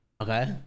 okay